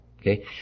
Okay